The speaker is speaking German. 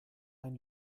ein